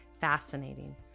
Fascinating